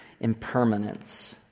impermanence